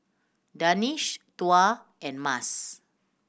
Danish Tuah and Mas